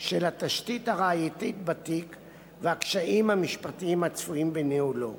של התשתית הראייתית בתיק והקשיים המשפטיים הצפויים בניהולו.